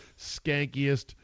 skankiest